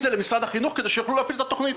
זה למשרד החינוך כדי שיוכלו להפעיל את התכנית.